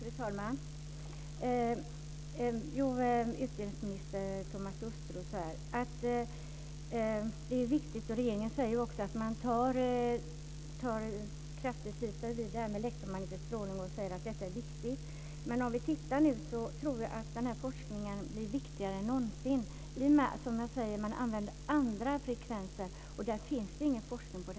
Fru talman! Utbildningsminister Thomas Östros säger att regeringen tar allvarligt på frågan om elektromagnetisk strålning och menar att den är viktig. Den här forskningen blir nu viktigare än någonsin i och med att man, som sagt, använder nya frekvenser som det inte gjorts någon forskning på.